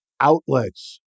outlets